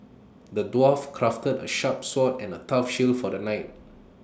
the dwarf crafted A sharp sword and A tough shield for the knight